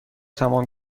تمام